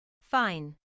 Fine